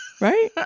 right